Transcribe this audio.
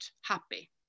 happy